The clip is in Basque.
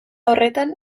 horretan